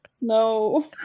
no